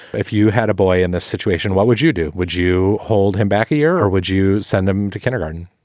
if you had a boy in this situation, what would you do? would you hold him back here or would you send him to kindergarten?